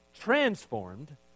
transformed